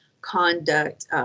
conduct